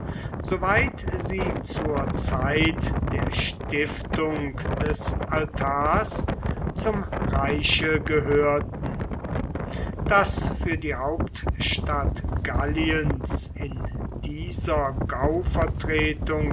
soweit sie zur zeit der stiftung des altars zum reiche gehörten daß für die hauptstadt galliens in dieser